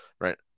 right